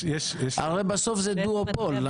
הרי בסוף זה דואופול.